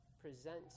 present